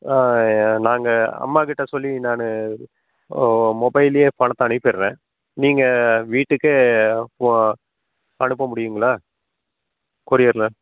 நாங்கள் அம்மாக்கிட்டே சொல்லி நான் இது ஓ மொபைல்லேயே பணத்தை அனுப்பிடுறேன் நீங்கள் வீட்டுக்கே போ அனுப்ப முடியுங்களா கொரியரில்